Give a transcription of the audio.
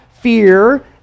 fear